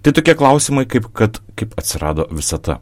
tai tokie klausimai kaip kad kaip atsirado visata